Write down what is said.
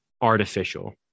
artificial